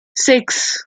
six